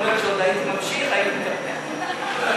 יכול להיות שעוד הייתי ממשיך, הייתי, בבקשה.